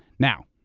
now,